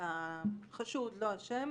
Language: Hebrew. שהחשוד לא אשם.